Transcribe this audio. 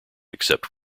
except